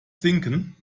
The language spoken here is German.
sinken